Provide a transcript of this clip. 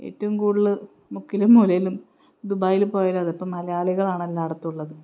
ഏറ്റവും കൂടുതൽ മുക്കിലും മൂലയിലും ദുബായിൽ പോയാലതിപ്പം മലയാളികളാണ് എല്ലായിടത്തുള്ളത്